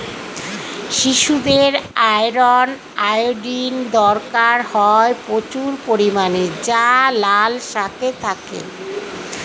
শিশুদের iron, iodine দরকার হয় প্রচুর পরিমাণে যা লাল শাকে থাকে